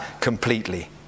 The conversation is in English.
completely